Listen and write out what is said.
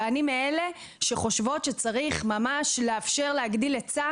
ואני מאלה שחושבות שצריך לאפשר להגדיל היצע